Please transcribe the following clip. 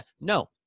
No